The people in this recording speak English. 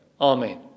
Amen